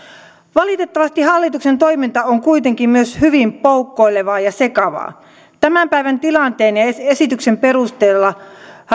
valitettavasti hallituksen toiminta on kuitenkin myös hyvin poukkoilevaa ja sekavaa tämän päivän tilanteen ja ja esityksen perusteella